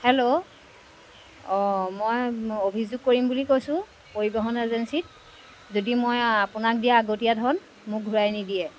hello অঁ মই অভিযোগ কৰিম বুলি কৈছোঁ পৰিবহণ এজেঞ্চিত যদি মই আপোনাক দিয়া আগতীয়া ধন মোক ঘূৰাই নিদিয়ে